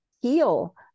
heal